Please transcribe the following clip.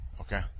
Okay